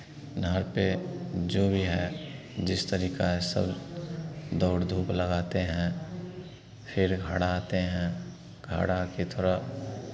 नहर पे जो भी है जिस तरीका है सब दौड़ धूप लगाते हैं फिर घर आते हैं घर आके थोड़ा